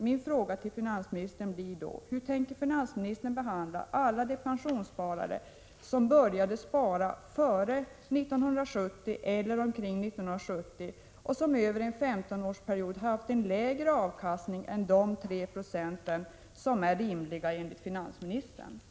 Min fråga till finansministern blir då: Hur tänker finansministern behandla alla de pensionssparare som börjat spara före 1970 eller omkring 1970 och som över en 15-årsperiod haft lägre avkastning än de 3 26 som enligt finansministern är rimliga?